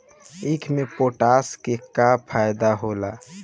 ईख मे पोटास के का फायदा होला?